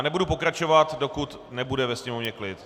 Nebudu pokračovat, dokud nebude ve sněmovně klid.